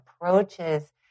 approaches